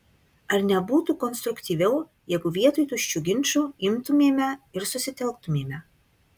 ar nebūtų konstruktyviau jeigu vietoj tuščių ginčų imtumėme ir susitelktumėme